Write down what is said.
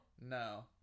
No